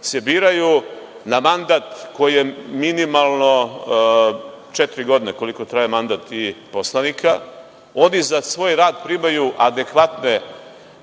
se biraju na mandat koji je minimalno četiri godine koliko traje mandat i poslanika. Oni za svoj rad primaju adekvatne